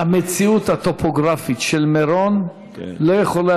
המציאות הטופוגרפית של מירון לא יכולה